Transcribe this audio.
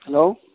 hello